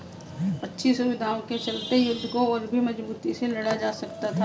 अच्छी सुविधाओं के चलते युद्ध को और भी मजबूती से लड़ा जा सकता था